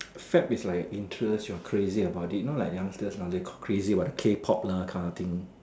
fad is like a interest you're crazy about it you know like youngsters nowadays got crazy about the K pop lah kind of thing